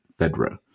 FEDRA